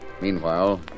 Meanwhile